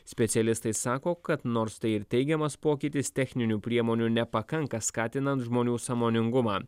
specialistai sako kad nors tai ir teigiamas pokytis techninių priemonių nepakanka skatinant žmonių sąmoningumą